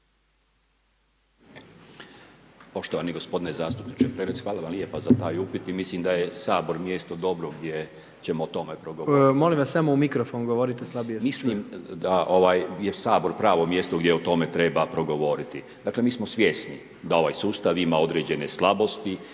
Poštovani gospodine zastupniče Prelec, hvala vam lijepa za taj upit i mislim da je Sabor mjesto dobro gdje ćemo o tome progovoriti. **Jandroković, Gordan (HDZ)** Molim vas samo u mikrofon govorite. Slabije se čujete. **Kujundžić, Milan (HDZ)** Mislim da ovaj, je Sabor pravo mjesto gdje o tome treba progovoriti. Dakle, mi smo svjesni da ovaj sustav ima određene slabosti